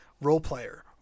role-player